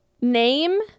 Name